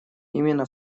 именно